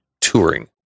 touring